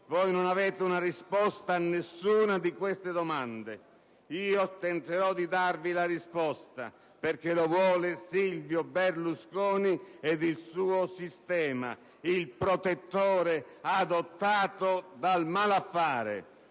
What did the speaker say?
Voi non avete una risposta a nessuna di queste domande. Io tenterò di darvi la risposta: perché lo vuole Silvio Berlusconi ed il suo sistema; il protettore adottato dal malaffare;